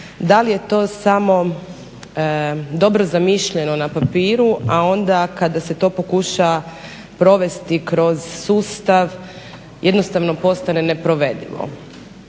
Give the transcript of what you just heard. Da li je to samo dobro zamišljeno na papiru, a onda kada se to pokuša provesti kroz sustav jednostavno postane neprovedivo.